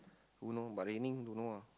who know but raining don't know ah